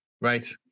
Right